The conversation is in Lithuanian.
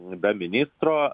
be ministro